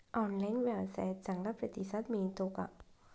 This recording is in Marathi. ऑनलाइन व्यवसायात चांगला प्रतिसाद मिळतो का?